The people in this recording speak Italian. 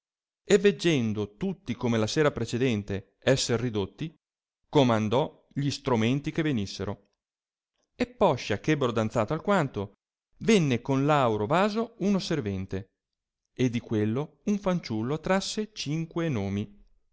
e veggendo tutti come la sera precedente esser ridotti comandò gli stromenti che venissero e poscia eh ebbero danzato alquanto venne con l auro vaso uno servente e di quello un fanciullo trasse cinque nomi